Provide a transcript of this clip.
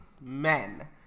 men